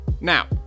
Now